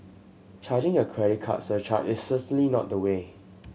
charging a credit card surcharge is certainly not the way